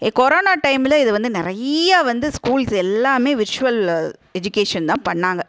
corona டைம்ல இது வந்து நிறையா வந்து ஸ்கூல்ஸ் எல்லாமே விர்ச்சுவல் எஜுகேஷன் தான் பண்ணாங்கள்